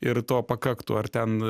ir to pakaktų ar ten